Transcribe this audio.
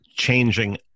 changing